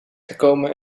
gekomen